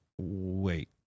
wait